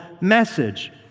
message